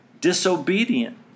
disobedient